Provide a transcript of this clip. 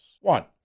One